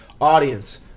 Audience